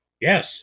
Yes